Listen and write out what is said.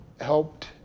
helped